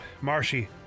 Marshy